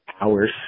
hours